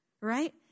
right